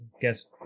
Guess